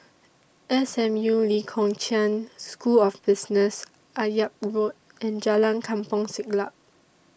S M U Lee Kong Chian School of Business Akyab Road and Jalan Kampong Siglap